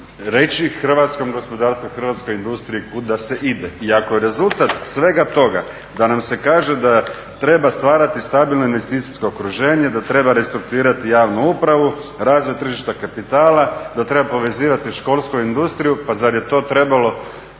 hrvatskom gospodarstvu, hrvatskoj industriji kud da se ide. I ako je rezultat svega toga da nam se kaže da treba stvarati stabilno investicijsko okruženje, da treba restrukturirati javnu upravu, razvoj tržišta kapitala, da treba povezivati školstvo i industriju. Pa zar je to trebalo